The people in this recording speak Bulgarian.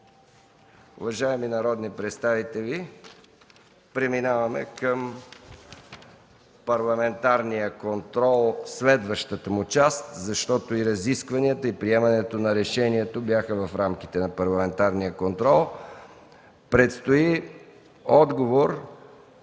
Уважаеми народни представители, преминаваме към парламентарния контрол, следващата му част, защото и разискванията, и приемането на решението бяха в неговите рамки. Предстои отговор